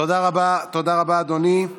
תודה רבה, אדוני.